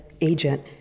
agent